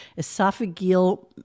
esophageal